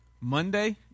Monday